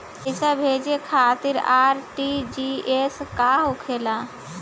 पैसा भेजे खातिर आर.टी.जी.एस का होखेला?